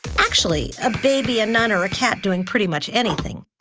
actually, a baby, a nun, or a cat doing pretty much anything,